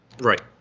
Right